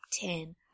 ten